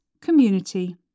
community